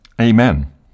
Amen